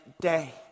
day